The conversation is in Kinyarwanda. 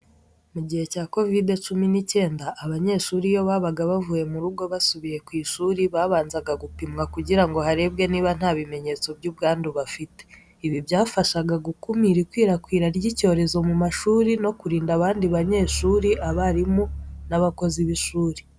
Mugihe cya COVID-19, abanyeshuri iyo babaga bavuye mu rugo basubiye ku ishuri babanzaga gupimwa kugira ngo harebwe niba nta bimenyetso by'ubwandu bafite. Ibi byafashaga gukumira ikwirakwira ry'icyorezo mu mashuri no kurinda abandi banyeshuri, abarimu n'abakozi b'ishuri.